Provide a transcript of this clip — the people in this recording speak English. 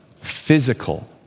physical